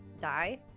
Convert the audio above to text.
die